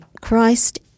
Christ